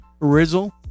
Rizzle